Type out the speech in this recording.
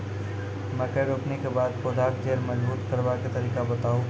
मकय रोपनी के बाद पौधाक जैर मजबूत करबा के तरीका बताऊ?